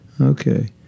Okay